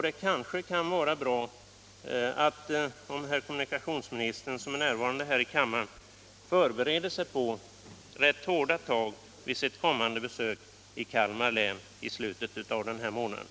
Det kanske kan vara bra om kommunikationsministern, som är närvarande här i kammaren, förbereder sig på rätt hårda tag vid sitt kommande besök i Kalmar län i slutet av den här månaden.